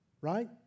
right